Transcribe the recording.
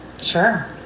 Sure